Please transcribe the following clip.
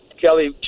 Kelly